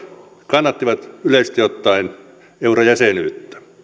kannattivat yleisesti ottaen eurojäsenyyttä